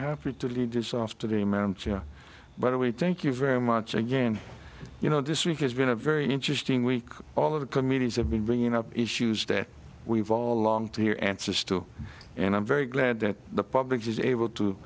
happy to lead this off to the mountain but are we thank you very much again you know this week has been a very interesting week all of the comedians have been bringing up issues that we've all along to hear answers to and i'm very glad that the public is able to